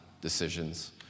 decisions